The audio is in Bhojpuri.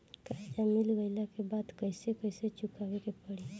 कर्जा मिल गईला के बाद कैसे कैसे चुकावे के पड़ी?